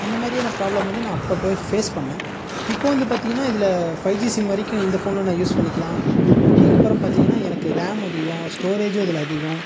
அந்த மாதிரியான பிராப்ளம் வந்து நான் அப்போ ஃபேஸ் பண்ணிணேன் இப்போ வந்து பார்த்தீங்கனா இதில் ஃபைஜி சிம் வரைக்கும் இந்த ஃபோனில் நான் யூஸ் பண்ணிக்கலாம் அதுக்கப்றம் பார்த்தீங்கனா எனக்கு ரேம் அதிகம் ஸ்டோரேஜூம் இதில் அதிகம்